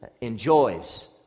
Enjoys